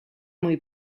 muy